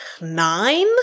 Nine